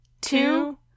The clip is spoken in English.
two